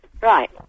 Right